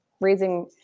Raising